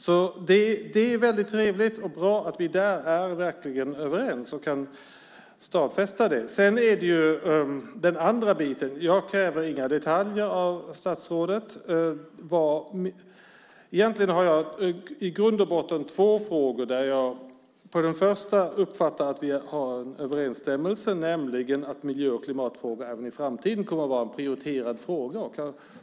Det är trevligt och bra att vi verkligen är överens om detta och kan stadfästa det. Sedan har vi den andra biten. Jag kräver inga detaljer av statsrådet. Egentligen har jag i grund och botten två frågor. I den första uppfattar jag att vi har en överensstämmelse, nämligen att miljö och klimatfrågorna även i framtiden kommer att vara prioriterade frågor.